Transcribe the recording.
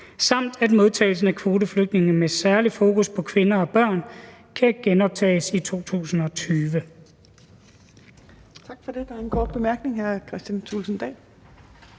og at modtagelsen af kvoteflygtninge med særligt fokus på kvinder og børn kan genoptages i 2020.«